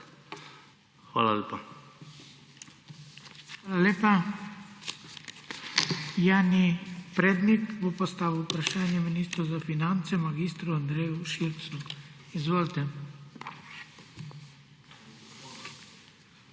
Hvala lepa. Hvala lepa